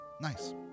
Nice